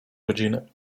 rodziny